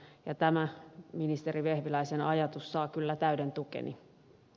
tämä ministeri vehviläisen ajatus saa kyllä täyden tukeni